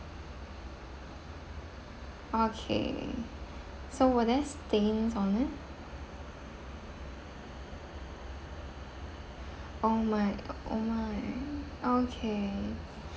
okay so were there stains on it oh my oh my okay